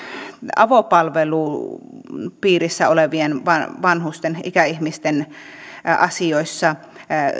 avopalvelun piirissä olevien vanhusten ikäihmisten asioissa